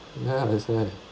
ya that's why